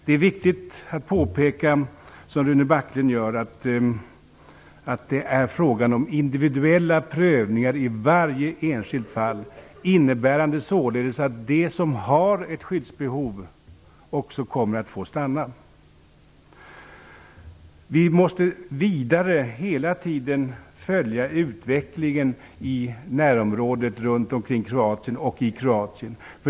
Det är viktigt att påpeka, som Rune Backlund gör, att det är frågan om individuella prövningar i varje enskilt fall. Det innebär således att de som har ett skyddsbehov också kommer att få stanna. Vidare måste vi hela tiden följa utvecklingen i närområdet runt Kroatien och i Kroatien.